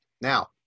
Now